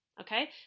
Okay